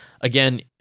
again